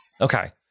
Okay